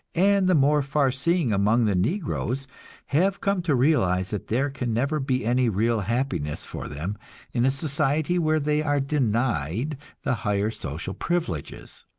and the more far-seeing among the negroes have come to realize that there can never be any real happiness for them in a society where they are denied the higher social privileges.